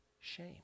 shame